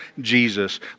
Jesus